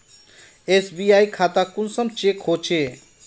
SBI खाता कुंसम check होचे?